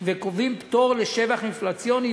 וקובעים פטור לשבח אינפלציוני.